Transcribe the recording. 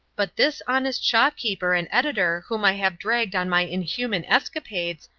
but this honest shopkeeper and editor whom i have dragged on my inhuman escapades,